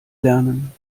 lernen